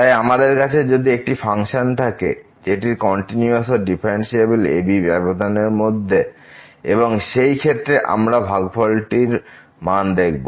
তাই আমাদের কাছে যদি একটি ফাংশন থাকে জেটি কন্টিনিউয়াস ও ডিফারেন্সিএবেল ab ব্যবধান এর মধ্যে এবং সেই ক্ষেত্রে আমরা ভাগফলটির মান দেখব